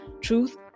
truth